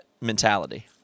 mentality